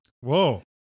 Whoa